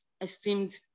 esteemed